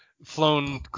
Flown